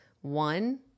One